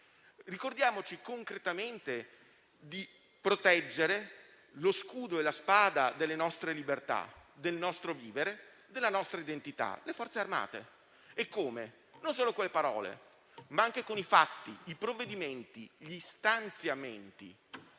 ricordiamoci concretamente di proteggere lo scudo e la spada delle nostre libertà, del nostro vivere, della nostra identità: le Forze armate. E come possiamo farlo? Non solo con le parole, ma anche con i fatti, i provvedimenti e gli stanziamenti.